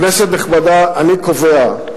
כנסת נכבדה, אני קובע,